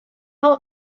help